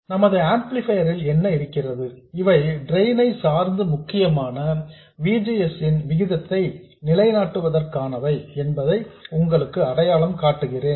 நமது ஆம்ப்ளிபையர் ல் என்ன இருக்கிறது இவை டிரெயின் ஐ சார்ந்து முக்கியமாக V G S ன் விகிதத்தை நிலைநாட்டுவதற்கானவை என்பதை உங்களுக்கு அடையாளம் காட்டுகிறேன்